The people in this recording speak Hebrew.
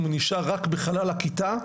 אם הוא נשאר רק בחלל הכיתה,